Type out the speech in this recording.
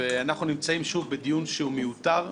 אנחנו נמצאים שוב בדיון שהוא מיותר,